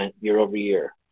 year-over-year